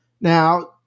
Now –